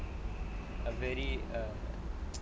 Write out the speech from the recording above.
a very err